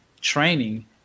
training